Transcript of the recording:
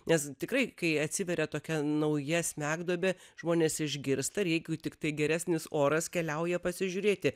nes tikrai kai atsiveria tokia nauja smegduobė žmonės išgirsta reikiu tiktai geresnis oras keliauja pasižiūrėti